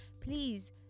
please